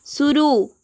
शुरू